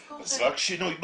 אז רק שינוי בחקיקה,